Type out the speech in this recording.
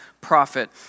prophet